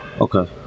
okay